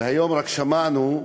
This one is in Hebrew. ורק היום שמענו,